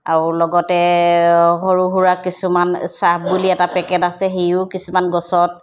আৰু লগতে সৰু সুৰা কিছুমান চাৰ্ফ বুলি এটা পেকেট আছে সেয়ো কিছুমান গছত